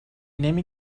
نمی